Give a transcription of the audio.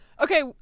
Okay